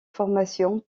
formations